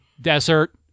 desert